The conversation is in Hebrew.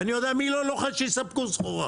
ואני יודע מי לא לוחץ שיספקו סחורה.